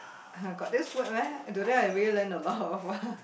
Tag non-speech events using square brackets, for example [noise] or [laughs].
[laughs] got this word meh today I really learn [laughs] a lot of word